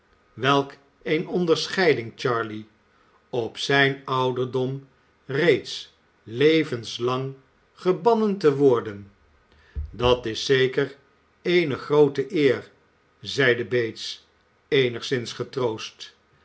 welk eene onderscheiding charley op zijn ouderdom reeds levenslang gebannen te worden dat is zeker eene groote eer zeide bates eenigszins getroost